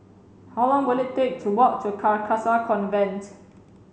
how long will it take to walk to Carcasa Convent